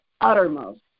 uttermost